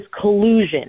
collusion